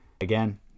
again